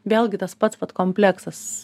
vėlgi tas pats vat kompleksas